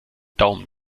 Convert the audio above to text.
daumen